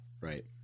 Right